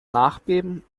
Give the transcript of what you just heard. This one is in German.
nachbeben